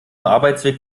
arbeitsweg